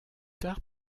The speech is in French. tard